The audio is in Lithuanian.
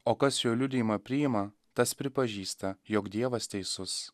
o kas jo liudijimą priima tas pripažįsta jog dievas teisus